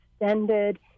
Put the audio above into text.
extended